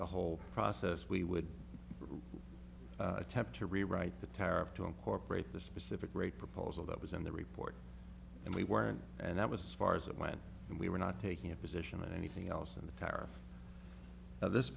the whole process we would attempt to rewrite the tire of to incorporate the specific rate proposal that was in the report and we weren't and that was far as it went and we were not taking a position on anything else in the tire of this